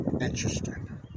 interesting